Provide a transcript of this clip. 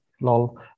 Lol